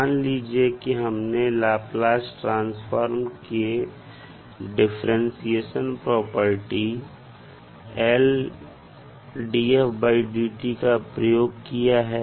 मान लीजिए कि हमने लाप्लास ट्रांसफार्म के डिफरेंटशिएशन प्रॉपर्टी का प्रयोग किया है